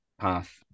path